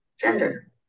gender